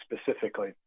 specifically